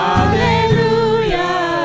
Hallelujah